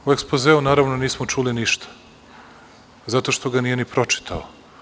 U ekspozeu naravno nismo čuli ništa, zato što ga nije ni pročitao.